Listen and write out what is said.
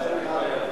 אין בעיה.